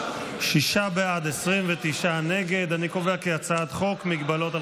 להעביר לוועדה את הצעת חוק מגבלות על